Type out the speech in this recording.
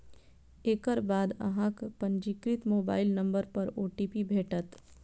एकर बाद अहांक पंजीकृत मोबाइल नंबर पर ओ.टी.पी भेटत